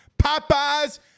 Popeye's